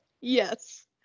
yes